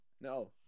no